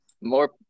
More